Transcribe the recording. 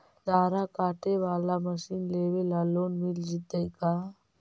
चारा काटे बाला मशीन लेबे ल लोन मिल जितै का?